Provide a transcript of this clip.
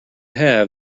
have